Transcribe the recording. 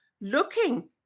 looking